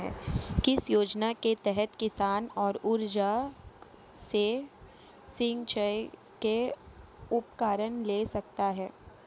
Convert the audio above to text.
किस योजना के तहत किसान सौर ऊर्जा से सिंचाई के उपकरण ले सकता है?